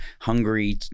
hungry